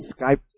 Skype